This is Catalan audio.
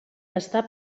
està